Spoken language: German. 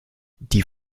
die